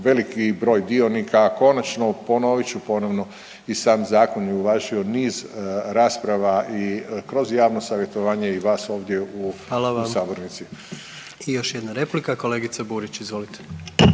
veliki broj dionika. Konačno, ponovit ću ponovno i sam zakon je uvažio niz rasprava i kroz javno savjetovanje i vas ovdje u, u sabornici. **Jandroković, Gordan (HDZ)** Hvala vam. I još jedna replika, kolegice Burić izvolite.